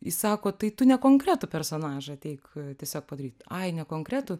jis sako tai tu ne konkretų personažą ateik tiesiog padaryt ai nekonkretų